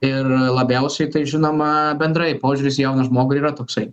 ir labiausiai tai žinoma bendrai požiūris į jauną žmogų ir yra toksai